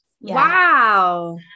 Wow